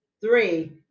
three